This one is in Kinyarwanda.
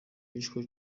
wishwe